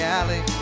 alley